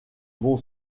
bon